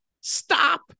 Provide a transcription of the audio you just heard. Stop